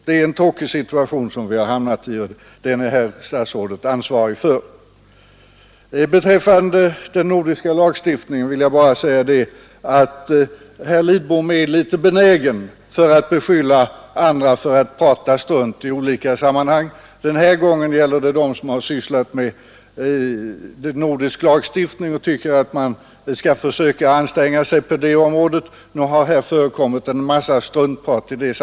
Det är en tråkig situation vi har Onsdagen den hamnat i, och den är statsrådet ansvarig för. 30 maj 1973 Beträffande den nordiska lagstiftningen vill jag bara säga att herr Lidbom är alltför benägen att beskylla andra för att prata strunt. Denna gång gällde det dem som sysslat med nordisk lagstiftning och som tycker att vi svenskar skall försöka anstränga oss på detta område. De sägs nu ha pratat en massa strunt.